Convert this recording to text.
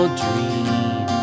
dream